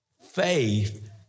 faith